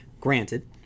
Granted